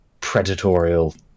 predatorial